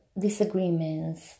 disagreements